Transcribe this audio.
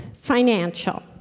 Financial